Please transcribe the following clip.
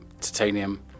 titanium